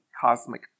cosmic